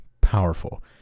powerful